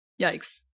Yikes